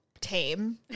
tame